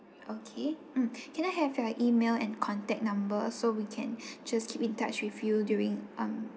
okay mm can I have your E-mail and contact number so we can just keep in touch with you during um